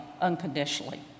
unconditionally